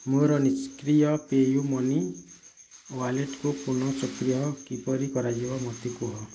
ମୋର ନିଷ୍କ୍ରିୟ Pay' U Money ୱାଲେଟକୁ ପୁନଃସକ୍ରିୟ କିପରି କରାଯିବ ମୋତେ କୁହ